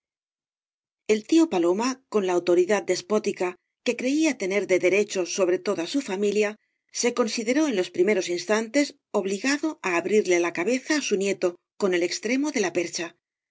el tío paloma con la autoridad despótica que creía tener de derecho sobre toda su famiia se consideró en ios primeros instantes obligado á abrirle la cabeza á su nieto con el extremo de la percha